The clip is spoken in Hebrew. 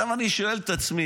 עכשיו אני שואל את עצמי: